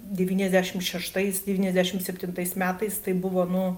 devyniasdešimt šeštais devyniasdešimt septintais metais tai buvo nu